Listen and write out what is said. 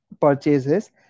purchases